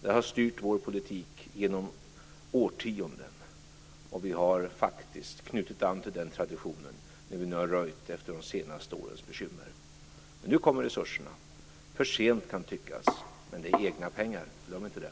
Det har styrt vår politik genom årtionden, och vi har faktiskt knutit an till den traditionen när vi nu har röjt efter de senaste årens bekymmer. Nu kommer resurserna. För sent kan tyckas, men det är egna pengar. Glöm inte det!